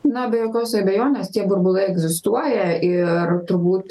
na be jokios abejonės tie burbulai egzistuoja ir turbūt